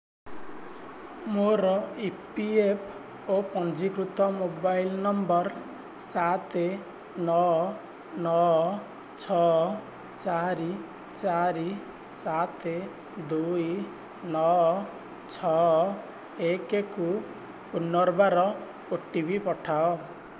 ମୋର E P F O ପଞ୍ଜୀକୃତ mobile number ସାତ ନଅ ନଅ ଛଅ ଚାରି ଚାରି ସାତ ଦୁଇ ନଅ ଛଅ ଏକକୁ ପୁନର୍ବାର ଓ ଟି ପି ପଠାଅ